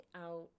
out